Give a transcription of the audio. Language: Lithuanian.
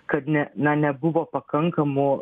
kad ne na nebuvo pakankamų